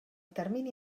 termini